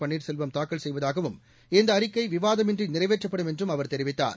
பன்னீர்செல்வம் தாக்கல் செய்வதாகவும் இந்த அறிக்கை விவாதமின்றி நிறைவேற்றப்படும் என்றும் அவர் தெரிவித்தார்